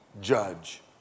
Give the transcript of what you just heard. judge